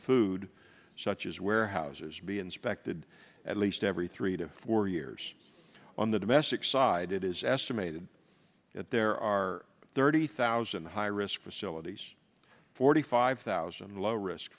food such as warehouses be inspected at least every three to four years on the domestic side it is estimated there are thirty thousand high risk facilities forty five thousand low risk